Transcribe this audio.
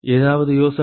ஏதாவது யோசனை